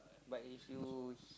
but if you